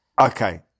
okay